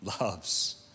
loves